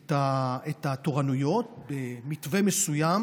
את התורנויות במתווה מסוים,